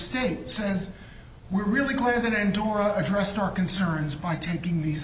state says we're really clear that endora addressed our concerns by taking these